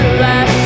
last